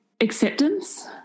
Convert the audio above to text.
acceptance